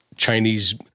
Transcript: Chinese